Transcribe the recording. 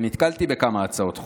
ונתקלתי בכמה הצעות חוק.